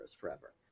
forever